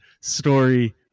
story